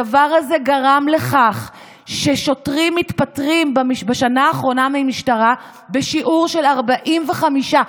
הדבר הזה גרם לכך ששוטרים מתפטרים בשנה האחרונה מהמשטרה בשיעור של 45%,